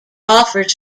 offers